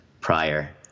prior